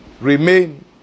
remain